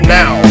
now